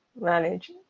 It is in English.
manage